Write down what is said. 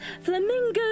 flamingos